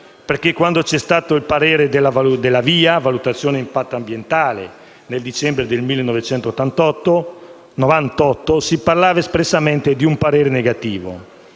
Quando c'è stato il parere per la valutazione di impatto ambientale (VIA) nel dicembre del 1998 si parlava espressamente di un parere negativo,